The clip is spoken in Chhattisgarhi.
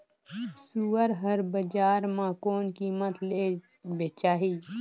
सुअर हर बजार मां कोन कीमत ले बेचाही?